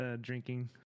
drinking